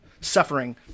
Suffering